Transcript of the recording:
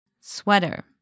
Sweater